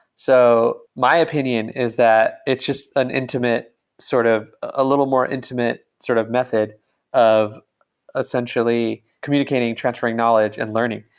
so my opinion is that it's just an intimate sort of a little more intimate sort of method of essentially communicating and transferring knowledge and learning.